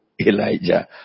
Elijah